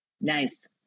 nice